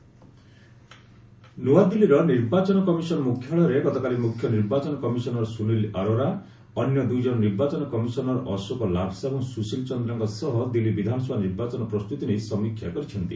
ECI Delhi poll review ନୂଆଦିଲ୍ଲୀର ନିର୍ବାଚନ commission ମୁଖ୍ୟାଳୟରେ ଗତକାଲି ମୁଖ୍ୟ ନିର୍ବାଚନ କମିଶନର୍ ସୁନୀଲ ଅରୋରା ଅନ୍ୟ ଦୁଇ ଜଣ ନିର୍ବାଚନ କମିଶନର୍ ଅଶୋକ ଲାଭସା ଏବଂ ସୁଶିଲ୍ ଚନ୍ଦ୍ରାଙ୍କ ସହ ଦିଲ୍ଲୀ ବିଧାନସଭା ନିର୍ବାଚନ ପ୍ରସ୍ତୁତି ନେଇ ସମୀକ୍ଷା କରିଛନ୍ତି